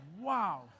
Wow